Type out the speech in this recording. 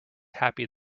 happy